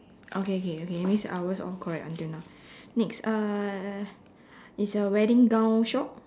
okay okay okay that means ours all correct until now next uh it's a wedding gown shop